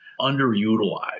underutilized